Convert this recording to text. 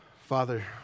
Father